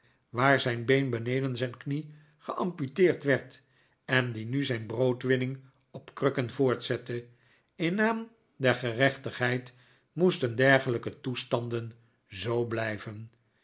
waar zijn been beneden zijn knie geamputeerd werd en die nu zijn broodwinning op krukken voortzette in naam der gerechtigheid moesten dergelijke toestanden zoo blijven